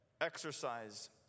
Exercise